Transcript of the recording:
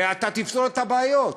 ואתה תפתור את הבעיות.